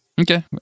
Okay